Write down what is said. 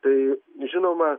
tai žinoma